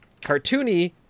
cartoony